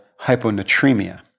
hyponatremia